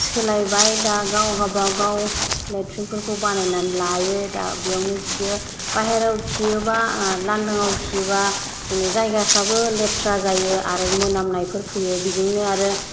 सोलायबाय दा गाव गावबागाव लेथ्रिनफोरखौ बानायना लायो दा बेयावनो खियो बाह्रायाव खियोबा लान्दाङाव खियोबा जायगाफ्राबो लेथ्रा जायो आरो मोनायनायफोर फैयो बेजोंनो आरो